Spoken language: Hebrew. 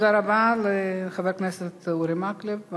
תודה רבה לחבר הכנסת אורי מקלב.